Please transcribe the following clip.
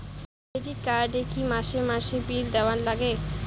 Credit card এ কি মাসে মাসে বিল দেওয়ার লাগে?